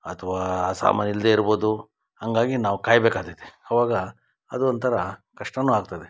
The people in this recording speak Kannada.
ಅಥವಾ ಆ ಸಾಮಾನು ಇಲ್ಲದೆ ಇರ್ಬೋದು ಹಾಗಾಗಿ ನಾವು ಕಾಯಬೇಕಾದೈತೆ ಅವಾಗ ಅದೊಂಥರ ಕಷ್ಟಾನು ಆಗ್ತದೆ